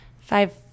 Five